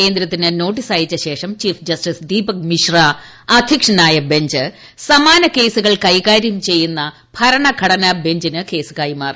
കേന്ദ്രത്തിന് നോട്ടീസ് അയച്ചശേഷം chief justice Deepak Misra അധ്യക്ഷനായ ബഞ്ച് സമാന കേസുകൾ കൈകാര്യം ചെയ്യുന്ന ഭരണഘടന ബഞ്ചിന് കേസ് കൈമാറി